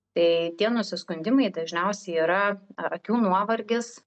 tai tie nusiskundimai dažniausiai yra ar akių nuovargis